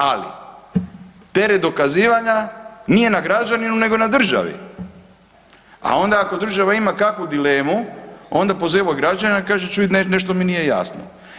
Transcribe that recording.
Ali teret dokazivanja nije na građaninu nego na državi, a onda ako država ima kakvu dilemu onda pozivamo građana čuj nešto mi nije jasno.